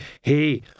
Hey